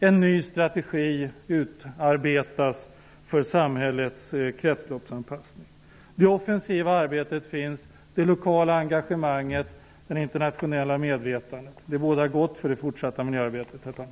En ny strategi utarbetas för samhällets kretsloppsanpassning. Det offensiva arbetet finns liksom det lokala engagemanget och det internationella medvetandet. Det bådar gott för det fortsatta miljöarbetet, herr talman.